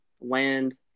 land